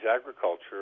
agriculture